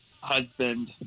husband